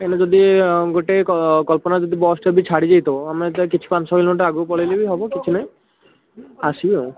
କାହିଁକି ନା ଯଦି ଗୋଟେ କଳ୍ପନା ଯଦି ବସ୍ଟା ବି ଛାଡ଼ିଯାଇଥିବ ଆମେ କିଛି ପାଞ୍ଚ ଛଅ କିଲୋମିଟର ଆଗକୁ ପଳାଇଲେ ବି ହବ କିଛି ନାହିଁ ଆସିବେ ଆଉ